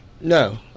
No